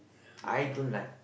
I don't like